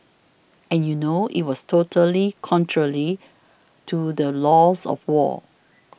and you know it was totally contrarily to the laws of war